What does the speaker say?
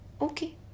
Okay